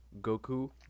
Goku